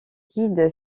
guide